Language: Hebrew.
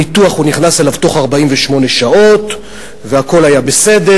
הוא נכנס לניתוח בתוך 48 שעות והכול היה בסדר,